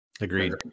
Agreed